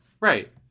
Right